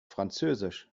französisch